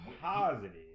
positive